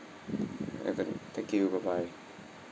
ya then thank you bye bye